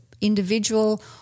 individual